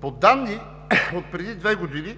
По данни отпреди две години,